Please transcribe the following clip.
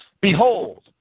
Behold